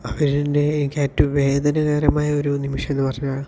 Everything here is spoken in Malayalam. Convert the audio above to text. അവര് എൻ്റെ എനിക്ക് ഏറ്റവും വേദനകരമായ ഒരു നിമിഷമെന്ന് പറഞ്ഞാൽ